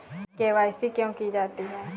KYC क्यों की जाती है?